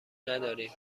نداریم